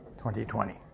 2020